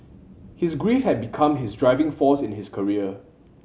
his grief had become his driving force in his career